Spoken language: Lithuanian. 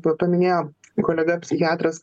va paminėjo kolega psichiatras